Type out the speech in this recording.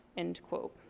end quote.